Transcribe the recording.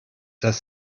das